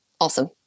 Awesome